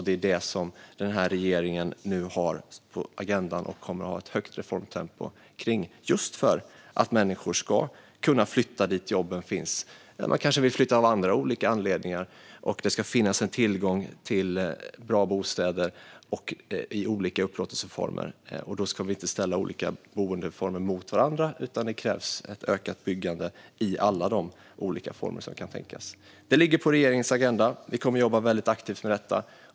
Det är det som den här regeringen nu har på agendan. Vi kommer att ha ett högt reformtempo för det, just för att människor ska kunna flytta dit där jobben finns. Man vill kanske flytta av andra anledningar också. Det ska finnas tillgång till bra bostäder i olika upplåtelseformer. Vi ska inte ställa olika boendeformer mot varandra. Det krävs ökat byggande i alla olika former som kan tänkas. Det står på den här regeringens agenda. Vi kommer att jobba aktivt med detta.